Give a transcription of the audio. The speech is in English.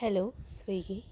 hello Swiggy